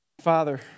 Father